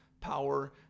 power